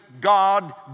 God